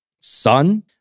son